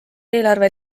eelarve